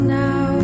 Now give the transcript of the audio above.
now